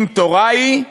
אם תורה היא,